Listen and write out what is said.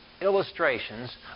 Illustrations